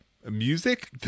Music